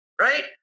right